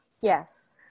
Yes